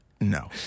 No